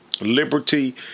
liberty